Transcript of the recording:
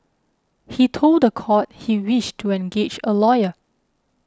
he told the court he wished to engage a lawyer